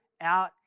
out